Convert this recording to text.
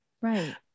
right